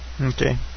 Okay